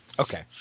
Okay